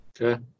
Okay